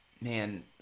Man